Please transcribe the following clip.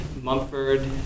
Mumford